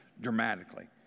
dramatically